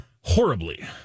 Horribly